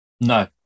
No